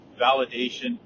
Validation